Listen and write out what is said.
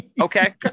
Okay